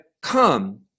come